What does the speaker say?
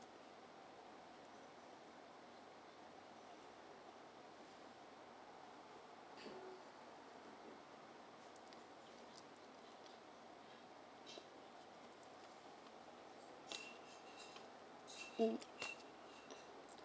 mm